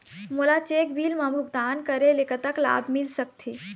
मोला cheque bill मा भुगतान करेले कतक लाभ मिल सकथे?